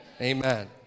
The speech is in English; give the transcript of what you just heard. Amen